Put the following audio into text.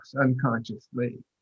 unconsciously